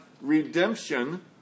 redemption